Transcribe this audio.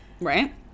right